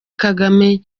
kagame